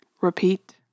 Repeat